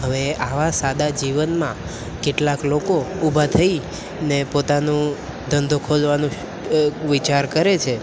હવે આવા સાદા જીવનમાં કેટલાક લોકો ઊભા થઈ ને પોતાનું ધંધો ખોલવાનું વિચાર કરે છે